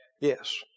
Yes